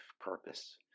purpose